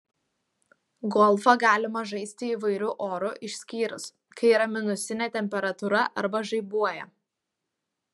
golfą galima žaisti įvairiu oru išskyrus kai yra minusinė temperatūra arba žaibuoja